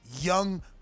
Young